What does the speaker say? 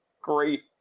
Great